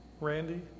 Randy